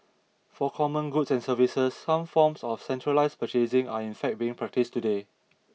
for common goods and services some forms of centralised purchasing are in fact being practised today